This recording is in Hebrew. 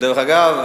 דרך אגב,